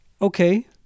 okay